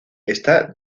está